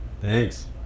Thanks